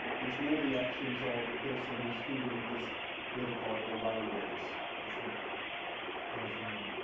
it's more the actions of a person who's fingering his metaphorical worry beads as he goes along.